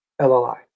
LLI